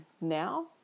now